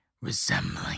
resembling